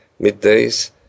middays